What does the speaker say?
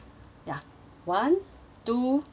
one two three